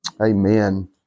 Amen